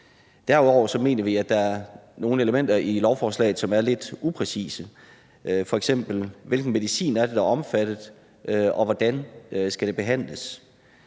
Derudover mener vi, at der er nogle elementer i lovforslaget, som er lidt upræcise – f.eks. hvilken medicin er det, der er omfattet, og hvordan skal det behandles?